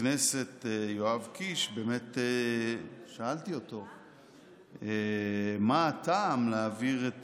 לכנסת יואב קיש באמת שאלתי אותו מה הטעם להעביר את